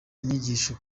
inyigisho